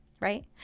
right